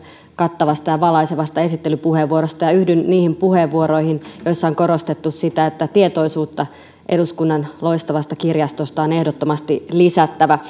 kattavasta ja valaisevasta esittelypuheenvuorosta yhdyn niihin puheenvuoroihin joissa on korostettu sitä että tietoisuutta eduskunnan loistavasta kirjastosta on ehdottomasti lisättävä